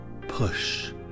push